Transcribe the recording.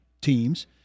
teams